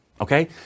okay